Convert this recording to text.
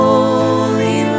Holy